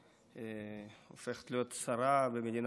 הופכת להיות שרה במדינת ישראל.